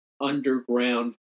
underground